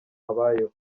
abayeho